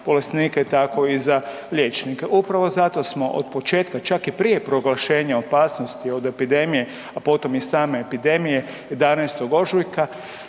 bolesnike tako i za liječnike. Upravo zato smo od početka, čak i prije proglašenja opasnosti od epidemije, a potom i same epidemije 11. ožujka